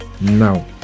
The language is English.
now